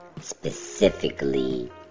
specifically